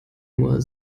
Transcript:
nur